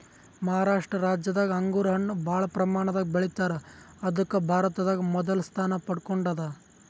ಮಹಾರಾಷ್ಟ ರಾಜ್ಯದಾಗ್ ಅಂಗೂರ್ ಹಣ್ಣ್ ಭಾಳ್ ಪ್ರಮಾಣದಾಗ್ ಬೆಳಿತಾರ್ ಅದಕ್ಕ್ ಭಾರತದಾಗ್ ಮೊದಲ್ ಸ್ಥಾನ ಪಡ್ಕೊಂಡದ್